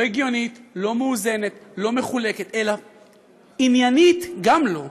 לא הגיונית, לא מאוזנת, לא מחולקת, עניינית גם לא,